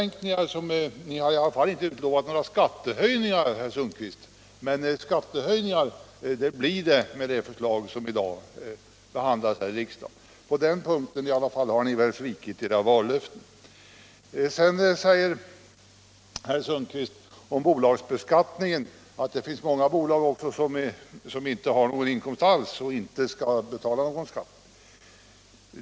Ni har i alla fall inte utlovat några skattehöjningar, herr Sundkvist, men skattehöjningar blir det med det förslag som i dag behandlas av riksdagen. På den punkten har ni svikit era vallöften. Sedan säger herr Sundkvist om bolagsbeskattningen att det finns många bolag som inte har någon inkomst alls och inte skall betala någon skatt.